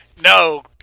no